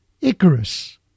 Icarus